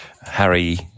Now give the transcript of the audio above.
Harry